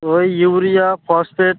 ওই urea phosphate